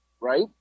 right